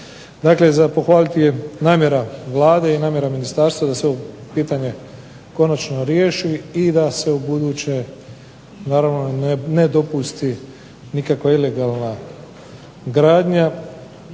Dakle, za pohvaliti je namjera Vlade i namjera ministarstva da se ovo pitanje konačno riješi i da se u buduće naravno ne dopusti nikakva ilegalna gradnja